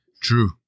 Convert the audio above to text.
True